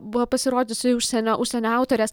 buvo pasirodžiusi užsienio užsienio autorės